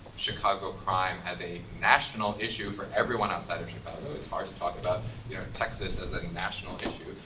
chicago crime as a national issue for everyone outside of chicago. it's hard to talk about you know texas as a national issue.